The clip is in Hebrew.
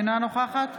אינה נוכחת